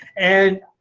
and,